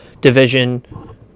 Division